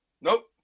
Nope